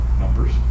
numbers